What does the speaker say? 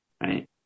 right